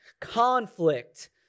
conflict